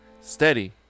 Steady